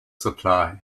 supply